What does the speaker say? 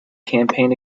campaign